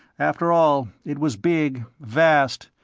after all, it was big, vast.